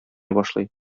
башлый